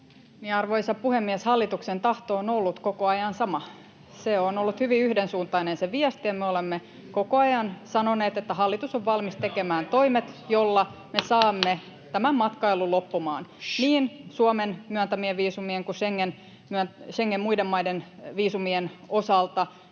Arvoisa puhemies! Hallituksen tahto on ollut koko ajan sama. Se on ollut hyvin yhdensuuntainen se viesti, ja me olemme koko ajan sanoneet, että hallitus on valmis tekemään toimet, joilla me saamme tämän matkailun loppumaan niin Suomen myöntämien viisumien kuin muiden Schengen-maiden viisumien osalta.